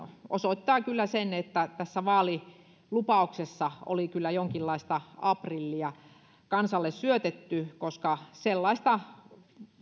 osoittaa kyllä sen että tässä vaalilupauksessa oli kyllä jonkinlaista aprillia kansalle syötetty koska sellaista